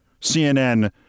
CNN